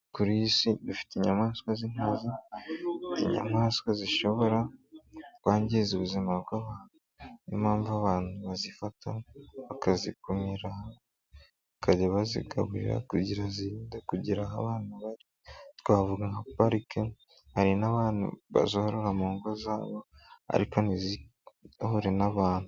Kuri iy'isi dufite inyamaswa z'inkazi, inyamaswa zishobora kwangiza ubuzima bw'abantu niyo mpamvu abantu bazifata bakazikumira bakajya bazigaburira, kugira zirinde kugera aho abantu bari twavuga nka parike, hari n'abandi bazorora mu ngo zabo ariko ntizihure n'abantu.